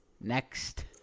Next